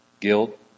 guilt